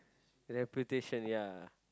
reputation ya